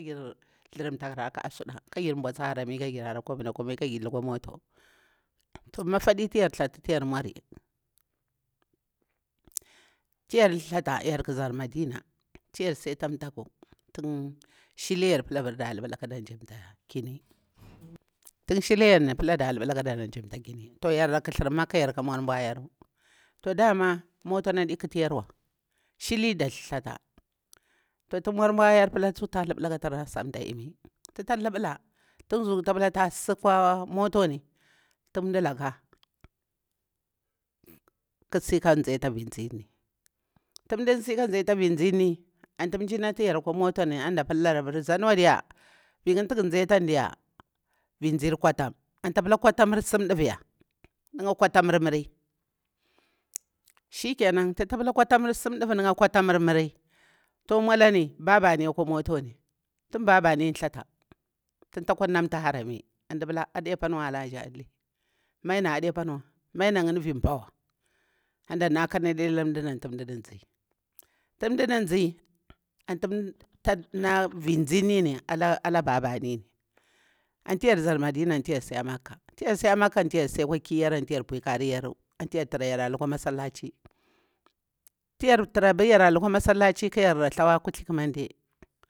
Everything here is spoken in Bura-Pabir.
Kajir thrumta raka'a suɗa kajir ɓausi harami komi da komi kajir lukwa mota mafa di tuyar tharta tu yar mauri yar ku za madina tun yara ta thaku shiti yari da pula da laɓula kada jimta kini tun shili yaru na da labula kadara jimta kimi yarra khathur makka yarka marbwa yaru to dama motani adi khatu yaruwa shita da thuthata to tun marbwa yaru ta lubula kara sam ta imi tuta lubula ta zuku ta sukwani tun mdalaka khasi kazi ata vir zinni antu inji natu yaru akwa motanni pulani zanwa diya viyinni tuga zai atan diya virzi kwatam antu ta pula kwatamur sum ɗavuya na'nya kwatamur muri shi kenan tuta pula kwatamur sim ɗuva na'nya mri to maulani babani akwa motanni tun babanin thata tun takwa nanti harami tun mda pitari ade paniwa alhaji ali maina ade pani wa maina yini adi vir pauwa antu mda na kanadi ala mdani tum mdazi antu tana virzi ala babani antu yarza madina antu yarsi aha makka to yarza madina antu yarsi aha makka antu yar akwa kir puyi kariyaru antu yar tura yara kukwa masallaci tu yar tura lukwa masallaci ka yar thurum ta ƙuma kayar thawa kamande